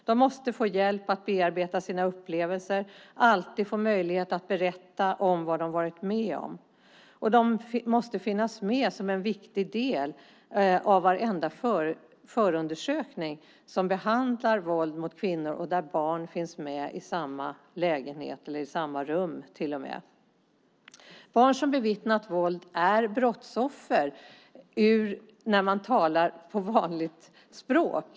De måste få hjälp att bearbeta sina upplevelser och alltid få möjlighet att berätta vad de har varit med om. De måste finnas med som en viktig del av varenda förundersökning där våld mot kvinnor behandlas och där barn finns med i samma lägenhet eller till och med i samma rum. Barn som bevittnat våld är brottsoffer när man talar på vanligt språk.